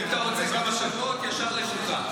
אם אתה רוצה כמה שבועות, ישר לחוקה.